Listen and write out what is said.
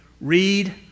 read